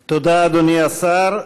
תודה, אדוני השר.